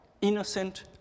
Innocent